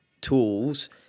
tools